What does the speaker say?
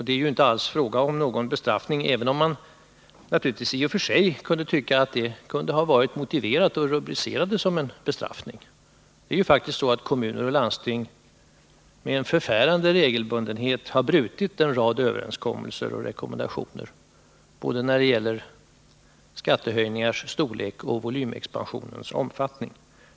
Det är ju inte alls fråga om någon bestraffning, även om man naturligtvis i och för sig kunde tycka att det kunde ha varit motiverat att rubricera det som en bestraffning. Det är faktiskt så att kommuner och landsting med förfärande regelbundenhet har brutit mot en rad överenskommelser och rekommendationer, både när det gäller skattehöjningars storlek och volymexpansionens omfattning.